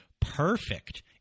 perfect